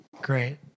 Great